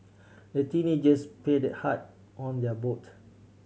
the teenagers paddled hard on their boat